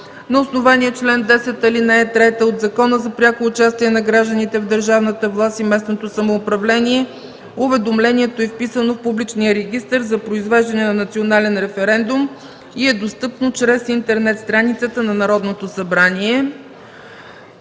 На основание чл. 10, ал. 3 от Закона за пряко участие на гражданите в държавната власт и местното самоуправление уведомлението е вписано в Публичния регистър за произвеждане на национален референдум и е достъпно чрез интернет страницата на Народното събрание.